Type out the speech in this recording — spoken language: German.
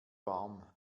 warm